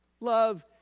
Love